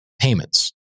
payments